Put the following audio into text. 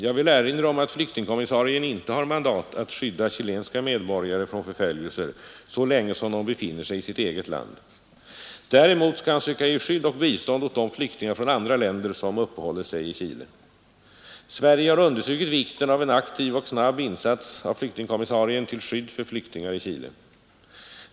Jag vill erinra om att flyktingkommissarien inte har mandat att skydda chilenska medborgare från förföljelser så länge som de befinner sig i sitt eget land. Däremot skall han söka ge skydd och bistånd åt de flyktingar från andra länder som uppehåller sig i Chile. Sverige har understrukit vikten av en aktiv och snabb insats av flyktingkommissarien till skydd för flyktingar i Chile.